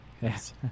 Yes